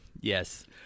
Yes